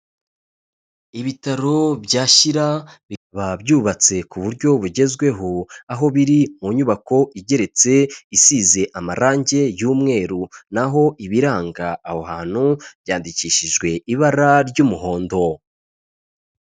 Ibitaro bya Shyira biba byubatse ku buryo bugezweho, aho biri mu nyubako igeretse isize amarange y'umweru, na ho ibiranga aho hantu byandikishijwe ibara ry'umuhondo.